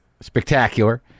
spectacular